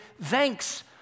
thanks